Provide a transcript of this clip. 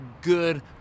good